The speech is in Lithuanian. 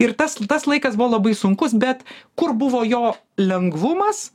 ir tas tas laikas buvo labai sunkus bet kur buvo jo lengvumas